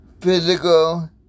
physical